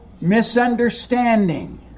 misunderstanding